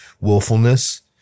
willfulness